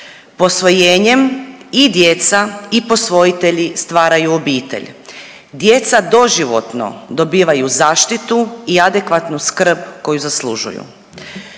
Posvojenjem i djeca i posvojitelji stvaraju obitelj, djeca doživotno dobivaju zaštitu i adekvatnu skrb koju zaslužuju.